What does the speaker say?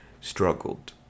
struggled